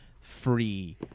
free